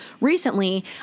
recently